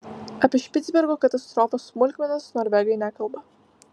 apie špicbergeno katastrofos smulkmenas norvegai nekalba